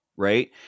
Right